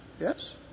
Yes